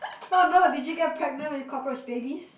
oh no if you get pregnant with cockroach babies